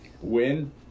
win